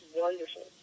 wonderful